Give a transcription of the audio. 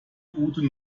ute